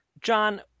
John